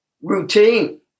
routine